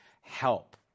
help